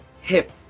hip